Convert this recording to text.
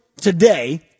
today